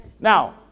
Now